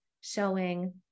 showing